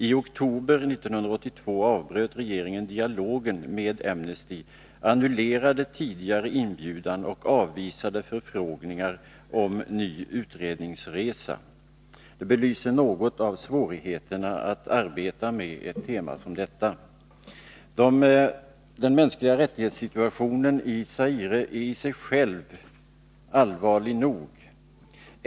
I oktober 1982 avbröt regeringen dialogen med Amnesty, annullerade tidigare inbjudan och avvisade förfrågningar om ny utredningsresa. Det belyser något av svårigheterna att arbeta med ett tema som detta. Situationen i fråga om de mänskliga rättigheterna i Zaire är i sig själv allvarlig nog.